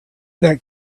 that